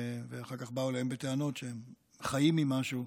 ואחר כך באו אליהם בטענות שהם חיים ממשהו,